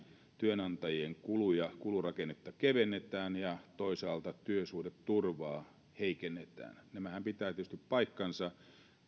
työnantajien kuluja kulurakennetta kevennetään ja toisaalta työsuhdeturvaa heikennetään tämähän pitää tietysti paikkansa se